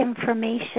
information